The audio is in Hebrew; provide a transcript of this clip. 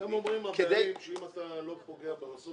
כדי --- הם אומרים שאם אתה לא פוגע במסלול